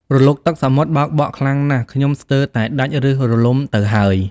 រលកទឹកសមុទ្របោកបក់ខ្លាំងណាស់ ខ្ញុំស្ទើរតែដាច់ប្ញសរលំទៅហើយ។